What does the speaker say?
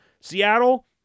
Seattle